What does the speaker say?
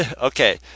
Okay